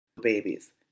babies